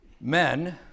Men